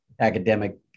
academic